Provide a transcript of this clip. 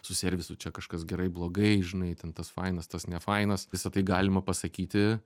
su servisu čia kažkas gerai blogai žinai ten tas fainas tas nefainas visa tai galima pasakyti